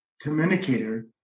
communicator